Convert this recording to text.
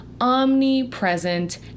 omnipresent